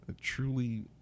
truly